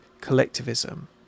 collectivism